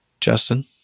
Justin